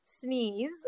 sneeze